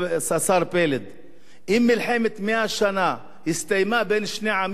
אם מלחמת מאה השנה הסתיימה בין שני עמים שאין ביניהם מעבר,